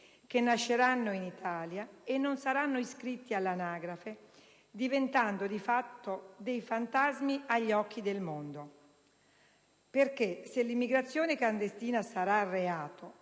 che nasceranno in Italia e non saranno iscritti all'anagrafe diventando di fatto dei fantasmi agli occhi del mondo. Infatti, se l'immigrazione clandestina sarà reato,